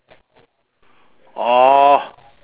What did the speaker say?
orh